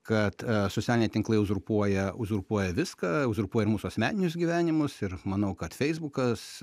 kad socialiniai tinklai uzurpuoja uzurpuoja viską uzurpuoja ir mūsų asmeninius gyvenimus ir manau kad feisbukas